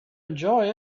enjoy